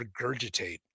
regurgitate